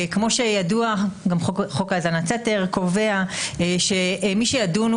כמו שידוע חוק האזנת סתר קובע שמי שידונו